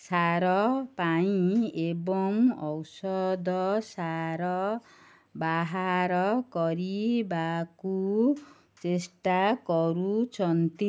ସାର ପାଇଁ ଏବଂ ଔଷଧ ସାର ବାହାର କରିବାକୁ ଚେଷ୍ଟା କରୁଛନ୍ତି